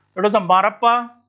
but was marappa,